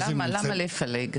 למה לפלג?